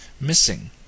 missing